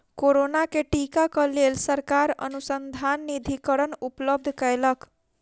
corona के टीका क लेल सरकार अनुसन्धान निधिकरण उपलब्ध कयलक